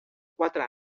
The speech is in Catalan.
quatre